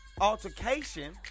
altercation